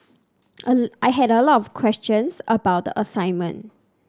I had a lot of questions about the assignment